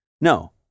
No